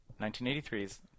1983's